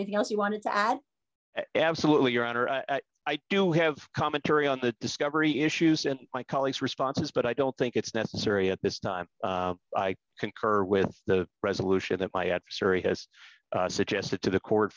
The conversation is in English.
anything else you wanted to add absolutely your honor i do have commentary on the discovery issues and my colleagues responses but i don't think it's necessary at this time i concur with the resolution that my adversary has suggested to the court